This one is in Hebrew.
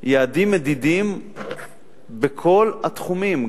יעדים מדידים בכל התחומים,